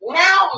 now